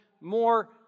more